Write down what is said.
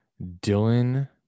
Dylan